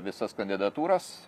visas kandidatūras